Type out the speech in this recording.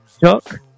Chuck